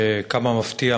שכמה מפתיע,